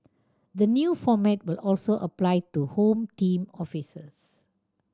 the new format will also apply to Home Team officers